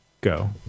go